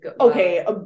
okay